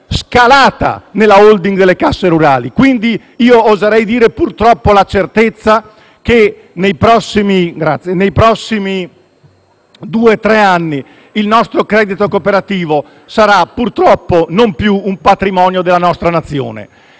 scalata della *holding* delle casse rurali, quindi oserei dire che purtroppo ho la certezza che nei prossimi due o tre anni il nostro credito cooperativo non sarà più patrimonio della nostra Nazione.